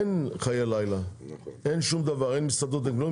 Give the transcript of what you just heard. אין חיי לילה, אין שום דבר, אין מסעדות, אין כלום.